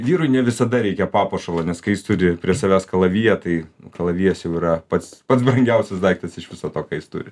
vyrui ne visada reikia papuošalo nes kai jis turi prie savęs kalaviją tai kalavijas jau yra pats pats brangiausias daiktas iš viso to ką jis turi